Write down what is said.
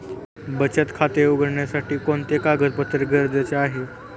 बचत खाते उघडण्यासाठी कोणते कागदपत्रे गरजेचे आहे?